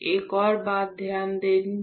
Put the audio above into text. एक और बात ध्यान देगी